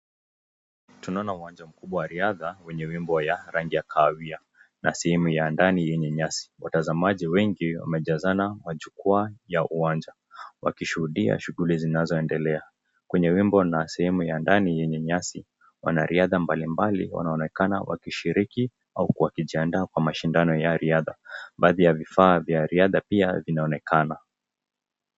Tunaona uwanja mkubwa wa riadha wenye wimbo ya rangi ya kahawia na sehemu ya ndani yenye nyasi. Watazamaji wengi wamejazana majukwaa ya uwanja wakishuhudia shughuli zinazoendelea. Kwenye wimbo na sehemu ya ndani yenye nyasi wanariadha mbalimbali wanaonekana wakishiriki au wakijiandaa kwa mashindano ya riadha. Baadhi ya vifaa vya riadha pia vinaonekana.